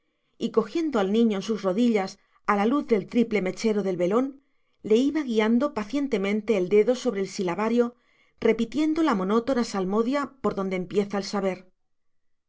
y cogiendo al niño en sus rodillas a la luz del triple mechero del velón le iba guiando pacientemente el dedo sobre el silabario repitiendo la monótona salmodia por donde empieza el saber